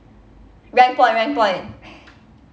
rank point rank point